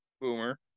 boomer